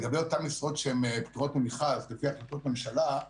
לגבי אותן משרות שהן פטורות ממכרז לפי החלטות ממשלה,